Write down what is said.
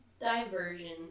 diversion